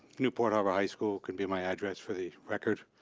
newport harbor high school could be my address for the record.